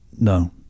No